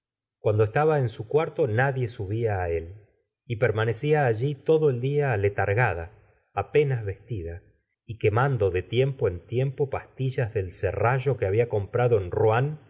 cuando estaba en su cuarto nadie subía á él y permanecía allí todo el día aletargada apenas vestida y quemando de tiempo en tiempo pastillas del serrallo que babia comprado en rouen